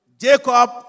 Jacob